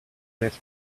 left